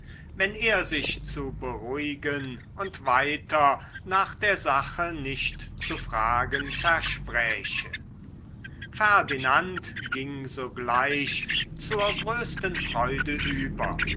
wenn er sich zu beruhigen und weiter nach der sache nicht zu fragen verspräche ferdinand ging sogleich zur größten freude über